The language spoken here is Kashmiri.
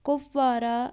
کپوارہ